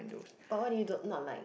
but what do you don't not like